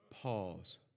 pause